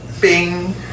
bing